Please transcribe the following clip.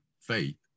faith